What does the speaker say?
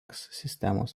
sistemos